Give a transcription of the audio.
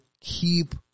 keep